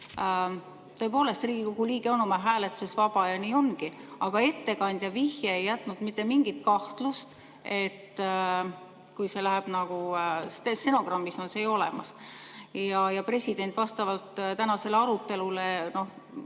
Tõepoolest, Riigikogu liige on oma hääletuses vaba ja nii ongi, aga ettekandja vihje ei jätnud mingit kahtlust, et kui see läheb nagu ... Stenogrammis on see ju olemas. Ja president vastavalt tänasele arutelule ka